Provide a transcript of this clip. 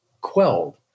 quelled